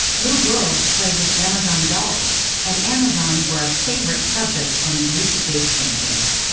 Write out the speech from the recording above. little girls played with amazon dolls, and amazons were a favorite subject on greek vase paintings.